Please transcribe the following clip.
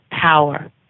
power